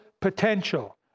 potential